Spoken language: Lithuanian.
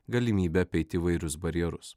galimybę apeiti įvairius barjerus